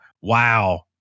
wow